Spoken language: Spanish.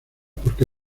porque